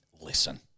listen